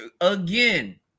again